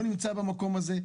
לא נמצא במקום הזה,